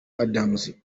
adams